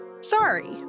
sorry